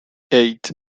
eight